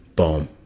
Boom